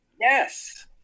Yes